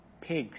pigs